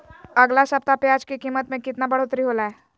अगला सप्ताह प्याज के कीमत में कितना बढ़ोतरी होलाय?